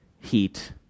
heat